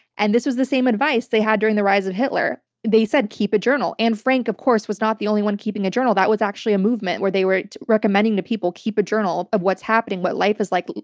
and this was the same advice they had during the rise of hitler. they said keep a journal. anne frank, of course, was not the only one keeping a journal. that was actually a movement where they were recommending to people, keep a journal of what's happening. what life is like.